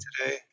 today